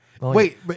Wait